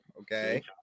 okay